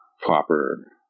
proper